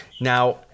Now